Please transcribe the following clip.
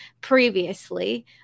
previously